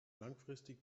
langfristig